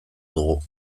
dugu